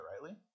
rightly